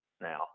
now